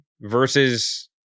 versus